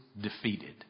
defeated